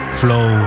flow